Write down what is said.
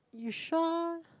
you sure